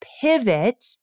pivot